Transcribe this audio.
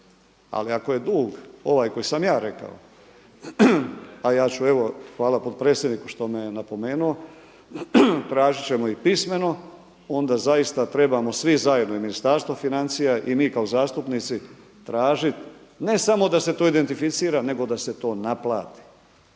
Ali ako je dug ovaj koji sam ja rekao, a ja ću evo hvala potpredsjedniku što me je napomenuo, tražit ćemo i pismeno, onda zaista trebamo svi zajedno i Ministarstvo financija i mi kao zastupnici tražiti ne samo da se to identificira nego da se to naplati